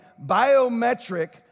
biometric